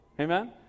Amen